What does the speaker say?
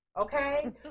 Okay